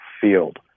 field